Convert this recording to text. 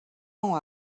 ans